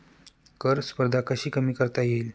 कर स्पर्धा कशी कमी करता येईल?